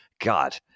God